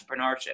entrepreneurship